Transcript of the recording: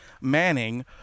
manning